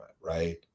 Right